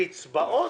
קצבאות?